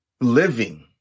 living